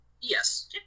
Yes